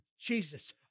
Jesus